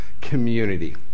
community